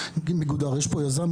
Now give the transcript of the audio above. להבין, אתה מדבר על תקנות.